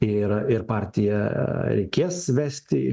ir ir partiją reikės vesti į